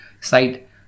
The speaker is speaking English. site